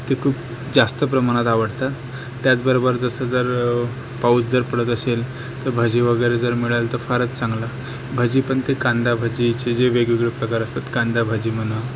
ते खूप जास्त प्रमाणात आवडतात त्याचबरोबर जसं जर पाऊस जर पडत असेल तर भजी वगैरे जर मिळाले तर फारच चांगलं भजी पण ते कांदा भजीचे जे वेगवेगळे प्रकार असतात कांदा भजी म्हणा